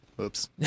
oops